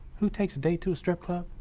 who takes a date to a strip club?